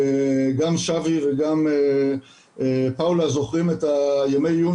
גם שבי וגם פאולה זוכרים בוודאי את ימי העיון